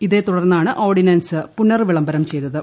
ഇതേ തുടർന്നാണ് ഓർഡിനൻസ്പുനർവിളംബരം ചെയ്തത്